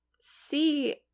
see